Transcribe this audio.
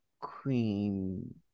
queen